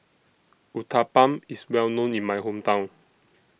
Uthapam IS Well known in My Hometown